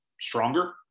stronger